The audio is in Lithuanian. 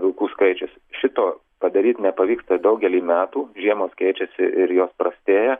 vilkų skaičius šito padaryt nepavyksta daugelį metų žiemos keičiasi ir jos prastėja